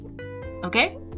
okay